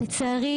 לצערי,